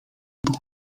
był